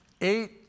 eight